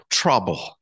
trouble